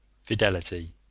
Fidelity